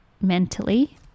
mentally